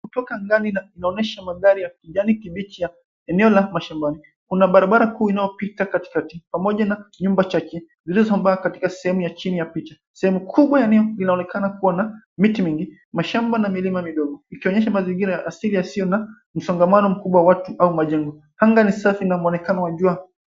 kutoka angani inaonyesha magari ya kijani kibichi ya eneo la mashambani. Kuna barabara kuu inayopita katikati pamoja na nyumba chache zilizobaa katika sehemu ya chini ya picha. Sehemu kubwa ya eneo inaonekana kuwa na miti mingi, mashamba na milima midogo. Ikionyesha mazingira ya asili yasiyo na msongamano mkubwa wa watu au majengo. Anga ni safi na muonekano wa jua.